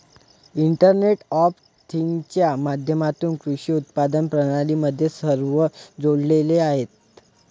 internet of थिंग्जच्या माध्यमातून कृषी उत्पादन प्रणाली मध्ये सर्व जोडलेले आहेत